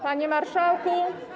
Panie Marszałku!